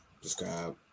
Subscribe